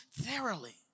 thoroughly